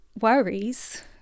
worries